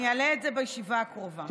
אני אעלה את זה בישיבה הקרובה.